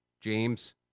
James